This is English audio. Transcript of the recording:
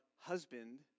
husband